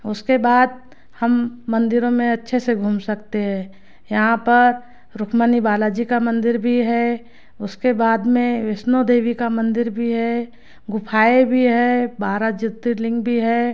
उसके बाद हम मंदिरों में अच्छे से घूम सकते है यहाँ पर रुक्मणी बालाजी का मंदिर भी है उसके बाद में वैष्णो देवी का मंदिर भी है गुफाएँ भी है बारह ज्योतिर्लिंग भी है